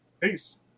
Peace